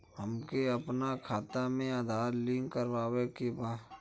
हमके अपना खाता में आधार लिंक करावे के बा?